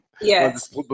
Yes